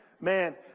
Man